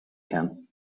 can